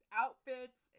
outfits